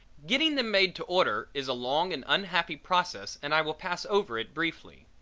getting them made to order is a long and unhappy process and i will pass over it briefly.